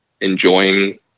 enjoying